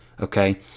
okay